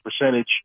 percentage